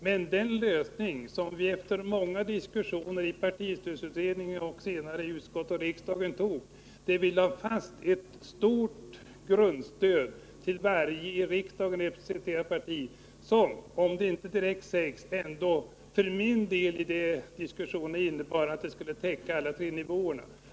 Men den lösning som vi efter många diskussioner i partistödsutredningen och senare i utskott och riksdag kom fram till var att vi lade fast ett stort grundstöd till varje i riksdagen representerat parti som — även om det inte direkt sades i diskussionen så åtminstone enligt min uppfattning — skulle täcka alla tre nivåerna.